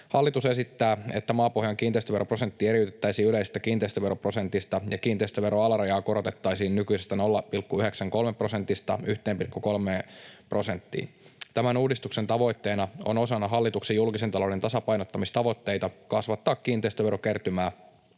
Hallitus esittää, että maapohjan kiinteistöveroprosentti eriytettäisiin yleisestä kiinteistöveroprosentista ja kiinteistöveron alarajaa korotettaisiin nykyisestä 0,93 prosentista 1,3 prosenttiin. Tämän uudistuksen tavoitteena on osana hallituksen julkisen talouden tasapainottamistavoitteita kasvattaa kiinteistöverokertymää.